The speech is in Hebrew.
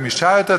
גמישה יותר,